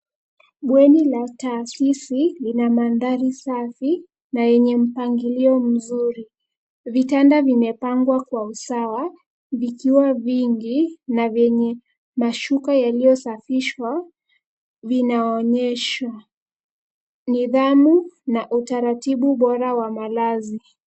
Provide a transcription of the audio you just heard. Bweni la taasisi lina mandhari safi na yenye mpangilio mzuri. Vitanda vimepangwa kwa usawa, vikiwa vingi na vyenye mashuka yaliyosafishwa, vinaonyesha nidhamu na utaratibu bora wa malazi.